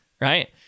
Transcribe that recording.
right